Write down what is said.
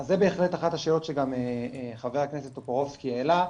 זו בהחלט אחת השאלות שגם ח"כ טופורובסקי העלה.